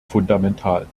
fundamental